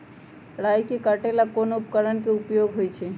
राई के काटे ला कोंन उपकरण के उपयोग होइ छई?